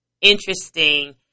interesting